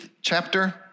chapter